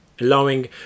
allowing